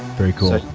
very cool.